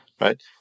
right